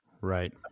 Right